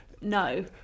no